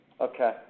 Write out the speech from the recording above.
Okay